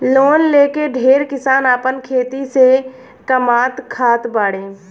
loan लेके ढेरे किसान आपन खेती से कामात खात बाड़े